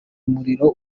muriro